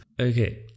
Okay